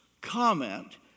comment